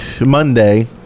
Monday